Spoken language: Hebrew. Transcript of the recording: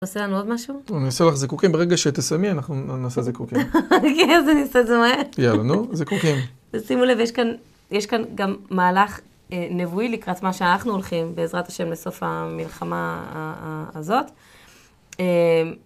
עושה לנו עוד משהו? אני אעשה לך זיקוקים ברגע שתסיימי, אנחנו נעשה זיקוקים. כן? אז אני אעשה את זה מהר. יאללה, נו, זיקוקים. ושימו לב, יש כאן, יש כאן גם מהלך נבואי לקראת מה שאנחנו הולכים בעזרת השם לסוף המלחמה הזאת.